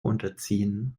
unterziehen